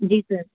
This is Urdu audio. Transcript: جی سر